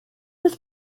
was